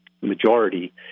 majority